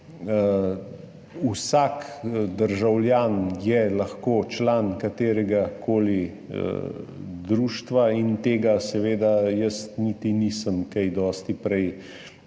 Vsak državljan je lahko član kateregakoli društva in tega seveda jaz niti nisem kaj dosti prej